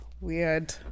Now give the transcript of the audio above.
weird